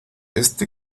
este